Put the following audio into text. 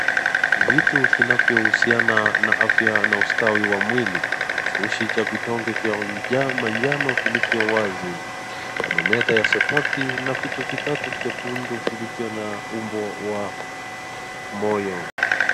Vitu vinavyohusiana na afya na ustawi wa mwili kifurushi cha vidonge vya manjano vilivyo wazi kama meza ya sabaki na vitu vitatu vya bundu vilivyo na umbo wa moyo.